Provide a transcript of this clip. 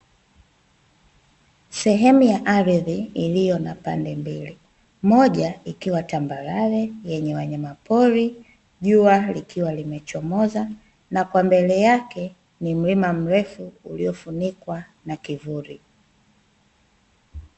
Sehemu ya ardhi iliyo na pande mbili, moja ikiwa tambarare yenye wanyama pori, jua likiwa limechomoza, na kwa mbele yake ni mlima mrefu uliofunikwa na kivuli.